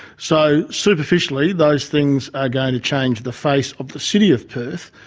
so superficially those things are going to change the face of the city of perth.